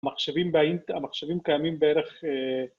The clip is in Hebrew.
‫המחשבים באים המחשבים קיימים בערך...